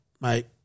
mate